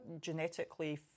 genetically